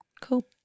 Cool